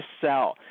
sell